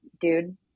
dude